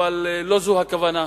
אבל לא זאת הכוונה.